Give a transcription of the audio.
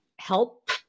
help